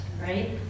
right